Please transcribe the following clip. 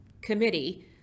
committee